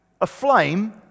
aflame